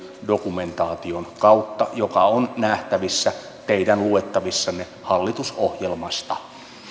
dokumentaation kautta joka on nähtävissä teidän luettavissanne hallitusohjelmasta arvoisa